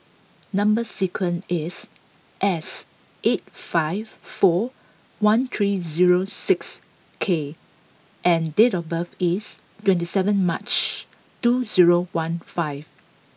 number sequence is S eight five four one three zero six K and date of birth is twenty seven March two zero one five